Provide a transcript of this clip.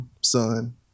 son